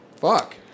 Fuck